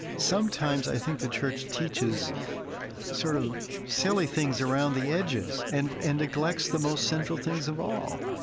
sometimes i think the church teaches sort of silly things around the edges and and neglects the most central things of all.